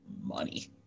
money